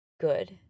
good